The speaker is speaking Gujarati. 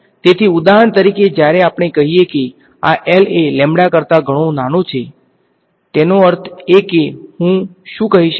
તેથી ઉદાહરણ તરીકેજ્યારે આપણે કહીએ કે આ L એ કરતા ઘણો નાનો છેતેનો અર્થ એ કેહું શું કહી શકું